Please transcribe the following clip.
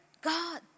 God